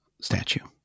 statue